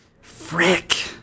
Frick